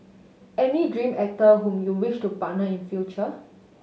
any dream actor whom you wish to partner in future